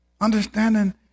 Understanding